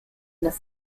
dass